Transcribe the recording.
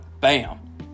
bam